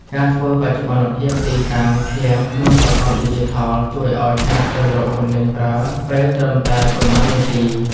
ការធ្វើបច្ចុប្បន្នភាពទីតាំងឃ្លាំងក្នុងប្រព័ន្ធឌីជីថលជួយឱ្យការស្វែងរកទំនិញប្រើពេលត្រឹមតែប៉ុន្មាននាទី។